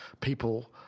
people